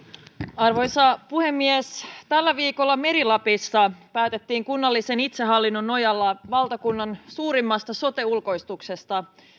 arvoisa puhemies tällä viikolla meri lapissa päätettiin kunnallisen itsehallinnon nojalla valtakunnan suurimmasta sote ulkoistuksesta